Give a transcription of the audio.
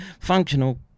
functional